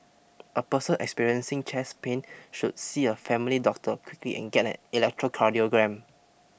a person experiencing chest pain should see a family doctor quickly and get an electrocardiogram